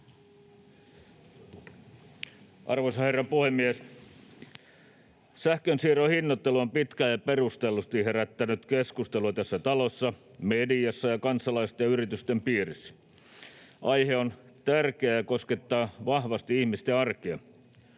Arvoisa herra puhemies! Sähkönsiirron hinnoittelu on pitkään ja perustellusti herättänyt keskustelua tässä talossa, mediassa ja kansalaisten ja yritysten piirissä. Aihe on tärkeä ja koskettaa vahvasti ihmisten arkea.